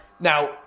Now